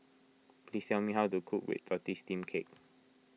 please tell me how to cook Red Tortoise Steamed Cake